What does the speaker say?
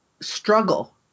struggle